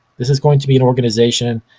this is going to be an organization.